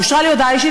אושרה לי הודעה אישית,